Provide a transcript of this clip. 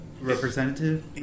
representative